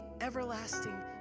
everlasting